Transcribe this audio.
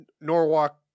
norwalk